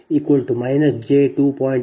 85 p